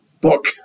book